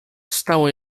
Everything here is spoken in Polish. stało